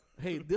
Hey